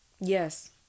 Yes